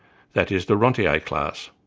that is, the rentier class.